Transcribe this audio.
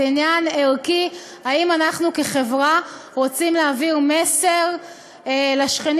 זה עניין ערכי: האם אנחנו כחברה רוצים להעביר מסר לשכנים